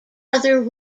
other